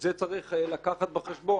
את זה צריך לקחת בחשבון.